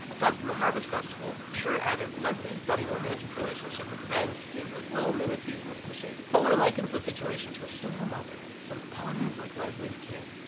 aside from the harvest festival, schur added leslie's budding romantic relationship with ben to give this little mini-season some shape. poehler likens the situation to a single mother, since pawnee is like leslie's kid.